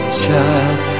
child